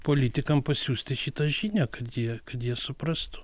politikam pasiųsti šitą žinią kad tie kad jie suprastų